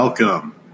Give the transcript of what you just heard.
Welcome